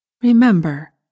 Remember